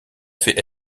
fait